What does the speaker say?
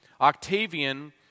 Octavian